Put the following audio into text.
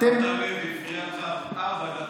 בינתיים היא הפריעה לך ארבע דקות,